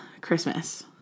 Christmas